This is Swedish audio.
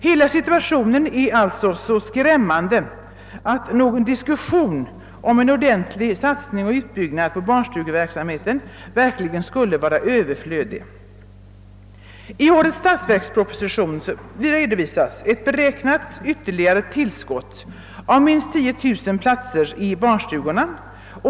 Hela situationen är alltså så skrämmande att någon diskussion om en ordentlig satsning på och utbyggnad av barnstugeverksamheten verkligen skulle vara överflödig. I årets statsverksproposition redovisas ett beräknat ytterligare tillskott av minst 10000 platser i barnstugorna.